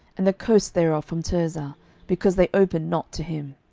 and the coasts thereof from tirzah because they opened not to him,